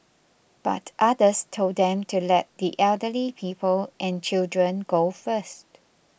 but others told them to let the elderly people and children go first